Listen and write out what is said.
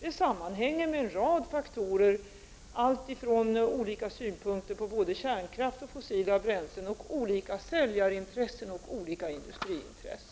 Det sammanhänger med en rad faktorer alltifrån olika synpunkter på kärnkraft och fossila bränslen, olika säljarintressen och olika industriers intressen.